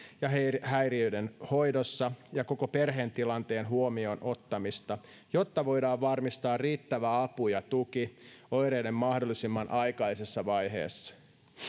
ja häiriöiden hoidossa ja koko perheen tilanteen huomioon ottamista jotta voidaan varmistaa riittävä apu ja tuki oireiden mahdollisimman aikaisessa vaiheessa